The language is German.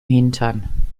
hintern